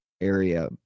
area